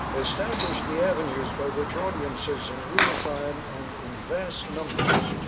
establish the avenues by which audiences, in real time and in vast numbers,